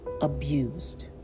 abused